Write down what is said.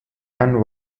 and